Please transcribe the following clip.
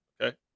Okay